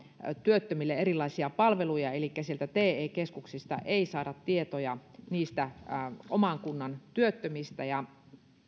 työttömille erilaisia palveluja elikkä te keskuksista ei saada tietoja oman kunnan työttömistä